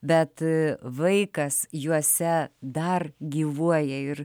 bet vaikas juose dar gyvuoja ir